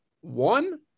One